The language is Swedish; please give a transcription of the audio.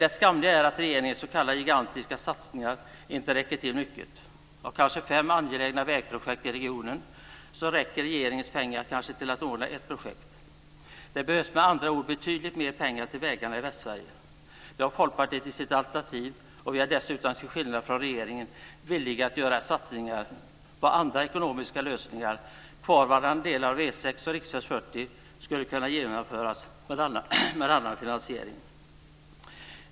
Det skamliga är att regeringens s.k. gigantiska satsningar inte räcker till mycket. Av kanske fem angelägna vägprojekt i regionen räcker regeringens pengar till att ordna ett projekt. Det behövs med andra ord betydligt mer pengar till vägarna i Västsverige. Det har Folkpartiet tagit med i sitt budgetalternativ. Vi är dessutom, till skillnad från regeringen, villiga att satsa på andra ekonomiska lösningar. Man skulle kunna genomföra satsningar på kvarvarande delar av E 6 och riksväg 40 med annan finansiering.